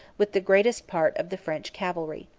with the greatest part of the french cavalry.